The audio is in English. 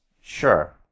Sure